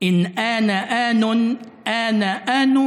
"כאב שפקד אותי בלי שאני ידעתי לו